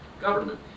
government